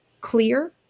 clear